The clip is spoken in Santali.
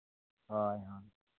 ᱦᱳᱭ ᱦᱳᱭ